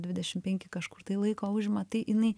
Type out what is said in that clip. dvidešim penki kažkur tai laiko užima tai jinai